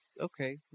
Okay